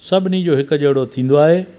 सभिनी जो हिकु जहिड़ो थींदो आहे